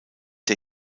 der